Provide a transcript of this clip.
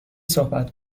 صحبت